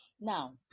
now